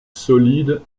solide